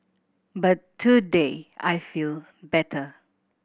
but today I feel better